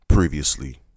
previously